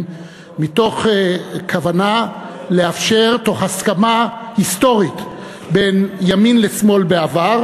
מתוך כוונה לאפשר בהסכמה היסטורית בין ימין לשמאל בעבר,